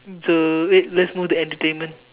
so wait let's move to entertainment